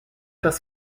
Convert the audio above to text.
das